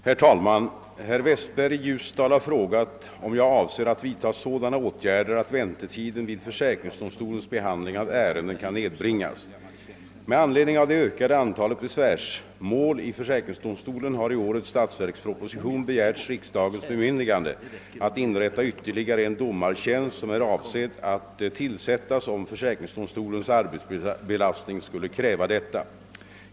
Herr talman! Herr Westberg i Ljusdal har frågat om jag avser att vidta sådana åtgärder att väntetiden vid försäkringsdomstolens behandling av ärenden kan nedbringas. Med anledning av det ökade antalet besvärsmål i försäkringsdomstolen har i årets statsverksproposition begärts riksdagens bemyndigande att inrätta ytterligare en domartjänst, som är av sedd att tillsättas om försäkringsdomstolens arbetsbelastning skulle kräva detta.